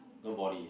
nobody eh